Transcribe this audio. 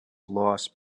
loss